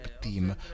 team